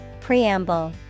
Preamble